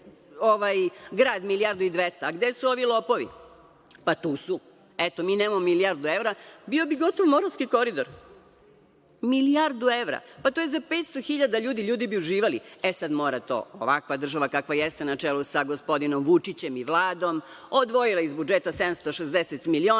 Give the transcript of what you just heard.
grad milijardu i 200, gde su ovi lopovi? Pa, tu su. Eto, mi nemamo milijardu evra. Bio bi gotov Moravski koridor. Milijardu evra. Pa, to je za 500.000 ljudi, ljudi bi uživali.E sad, mora to, ovakva je država kakva jeste, na čelu sa gospodinom Vučićem i Vladom, odvojila iz budžeta 760 miliona,